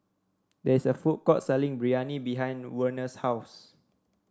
there is a food court selling Biryani behind Werner's house